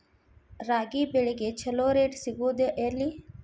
ರಾಗಿ ಬೆಳೆಗೆ ಛಲೋ ರೇಟ್ ಸಿಗುದ ಎಲ್ಲಿ?